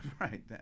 Right